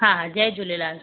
हा हा जय झूलेलाल